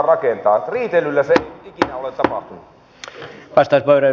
riitelyllä se ei ikinä ole tapahtunut